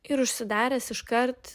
ir užsidaręs iškart